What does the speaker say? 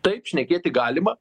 taip šnekėti galima